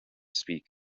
speak